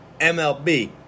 MLB